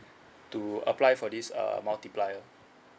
to apply for this uh multiplier